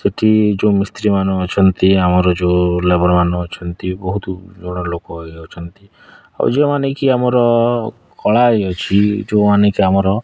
ସେଇଠି ଯେଉଁ ମିସ୍ତ୍ରୀ ମାନେ ଅଛନ୍ତି ଆମର ଯେଉଁ ଲେବରମାନେ ଅଛନ୍ତି ବହୁତ ଜଣ ଲୋକ ଏ ଅଛନ୍ତି ଆଉ ଯେଉଁମାନେକି ଆମର କଳା ଏ ଅଛି ଯେଉଁମାନେକି ଆମର